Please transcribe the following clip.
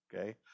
Okay